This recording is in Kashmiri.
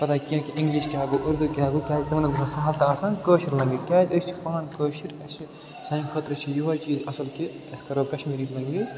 پَتَہ کیٚنٛہہ کہِ اِنٛگلِش کیٛاہ گوٚو اُردو کیٛاہ گوٚو کیٛازِ تِمَن ٲس گَژھان سہل تہٕ آسان کٲشٕر لنٛگویج کیٛازِ أسۍ چھِ پانہٕ کٲشِرۍ اَسہِ چھِ سانہِ خٲطرٕ چھِ یِہوٚے چیٖز اصٕل کہِ أسۍ کَرو کشمیٖری لنٛگویج